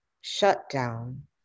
shutdown